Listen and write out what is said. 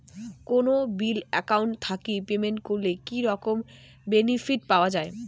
কোনো bill account থাকি payment করলে কি রকম বেনিফিট পাওয়া য়ায়?